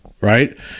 right